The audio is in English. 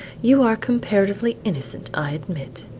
you are comparatively innocent, i admit.